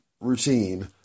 routine